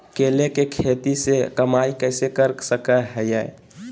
केले के खेती से कमाई कैसे कर सकय हयय?